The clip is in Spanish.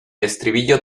estribillo